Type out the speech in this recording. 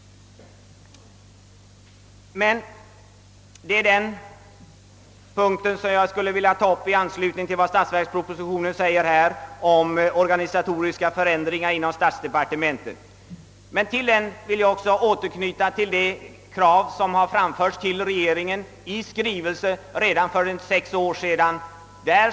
Jag vill i anslutning till vad statsverkspropositionen säger om organisatoriska förändringar i statsdepartementen också anknyta till de krav som framförts till regeringen i skrivelse redan för sex år sedan.